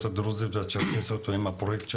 הדרוזיות והצ'רקסיות עם הפרויקט שלו,